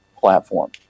platform